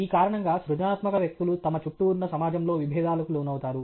ఈ కారణంగా సృజనాత్మక వ్యక్తులు తమ చుట్టూ ఉన్న సమాజంలో విభేదాలకు లోనవుతారు